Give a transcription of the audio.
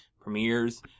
premieres